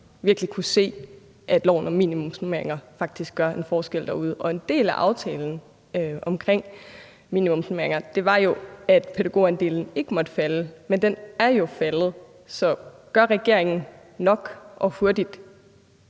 at loven om minimumsnormeringer faktisk gjorde en forskel derude. Og en del af aftalen omkring minimumsnormeringer var jo, at pædagogandelen ikke måtte falde, men den er jo faldet. Så gør regeringen nok og hurtigt